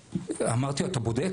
אמרתי לו, אתה בודק?